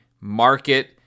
market